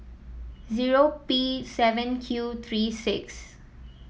zero P seven Q three six